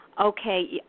okay